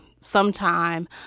sometime